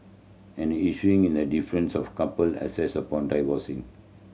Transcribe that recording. at issue in the difference of couple assets upon divorcing